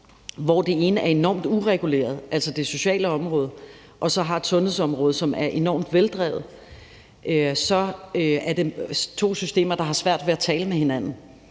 hvor det ene er enormt ureguleret, altså det sociale område, og det andet, sundhedsområdet, er enormt veldrevet, så er det to systemer, der har svært ved at tale med hinanden,